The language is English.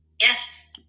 yes